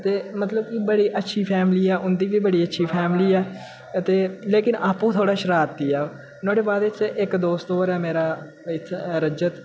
ते मतलब कि बड़ी अच्छी फैमिली ऐ उं'दी बी बड़ी अच्छी फैमिली ऐ ते लेकिन आपूं थोह्ड़ा शरारती ऐ ओह् नुहाड़े बाद च इक दोस्त होर ऐ मेरा इत्थै रजत